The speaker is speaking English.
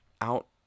Out